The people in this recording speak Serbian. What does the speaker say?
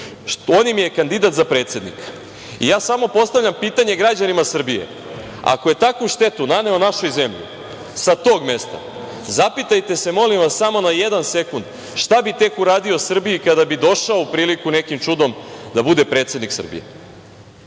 On im je kandidat za predsednika. Postavljam pitanje građanima Srbije, ako je takvu štetu naneo našoj zemlji sa tog mesta, zapitajte se, molim vas, samo na jedan sekund, šta bi tek uradio Srbiji kada bi došao u priliku, nekim čudom, da bude predsednik Srbije.O